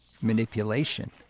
manipulation